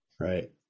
right